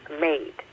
made